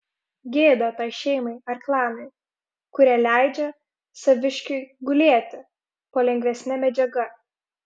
gėda tai šeimai ar klanui kurie leidžia saviškiui gulėti po lengvesne medžiaga